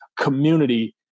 community